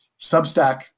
Substack